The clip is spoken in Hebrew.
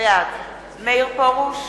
בעד מאיר פרוש,